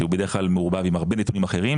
שהוא בדרך כלל מעורבב עם הרבה נתונים אחרים,